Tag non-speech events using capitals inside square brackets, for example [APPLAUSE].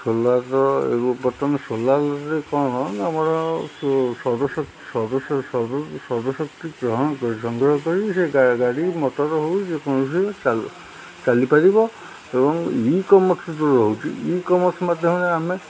ସୋଲାର୍ର ଏ ବର୍ତ୍ତମାନ ସୋଲାର୍ରେ କ'ଣ ଆମର ସୌର ଶକ୍ତି ଗ୍ରହଣ କରି ସଂଗ୍ରହ କରି ସେ ଗାଡ଼ି ମଟର ହଉ ଯେକୌଣସି ଚାଲିପାରିବ ଏବଂ ଇ କମର୍ସ [UNINTELLIGIBLE] ରହୁଛି ଇ କମର୍ସ ମାଧ୍ୟମରେ ଆମେ